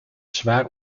zwaar